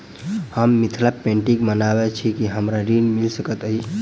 हम मिथिला पेंटिग बनाबैत छी की हमरा ऋण मिल सकैत अई?